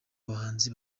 abahanzi